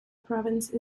province